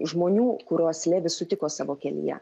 žmonių kuriuos levis sutiko savo kelyje